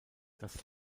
das